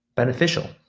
beneficial